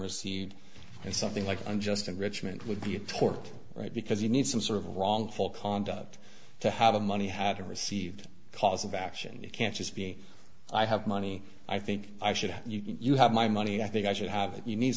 recede and something like unjust enrichment would be a tort right because you need some sort of wrongful conduct to have a money had received cause of action you can't just be i have money i think i should have you have my money i think i should have it you need